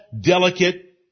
delicate